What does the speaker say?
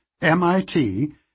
MIT